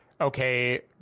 okay